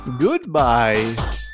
goodbye